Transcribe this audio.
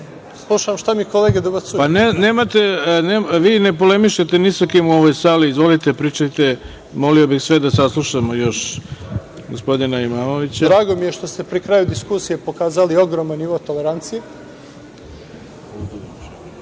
Slušam šta mi kolege dobacuju. **Ivica Dačić** Vi ne polemišete ni sa kim u ovoj sali. Izvolite, pričajte, molio bih sve da saslušamo još gospodina Imamovića. **Enis Imamović** Drago mi je što ste pri kraju diskusije pokazali ogroman nivo tolerancije.